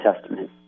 Testament